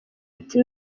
ati